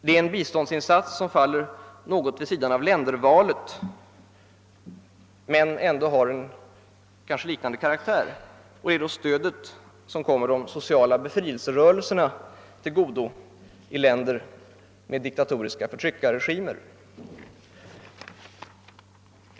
Det är en biståndsinsats som faller något vid sidan om Jländervalet men ändå har en liknande karaktär, nämligen det stöd som kommer de sociala befrielserörelserna till godo i länder med diktatoriska förtryckarregimer.